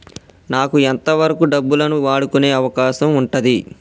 నాకు ఎంత వరకు డబ్బులను వాడుకునే అవకాశం ఉంటది?